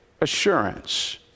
assurance